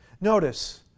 Notice